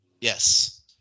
Yes